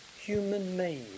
human-made